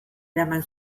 eraman